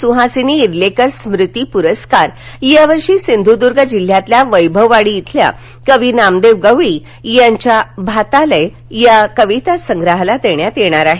सुहासिनी क्रिंकर स्मृती पुरस्कार या वर्षी सिंधूद्र्ग जिल्ह्यातील वैभववाडी श्विल्या कवी नामदेव गवळी यांच्या भातालय या कवितासंग्रहाला देण्यात येणार आहे